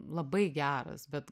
labai geras bet